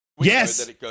Yes